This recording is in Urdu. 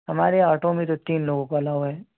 ہمارے آٹو میں تو تین لوگوں کو الاؤ ہے